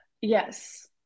Yes